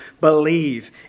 believe